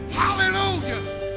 hallelujah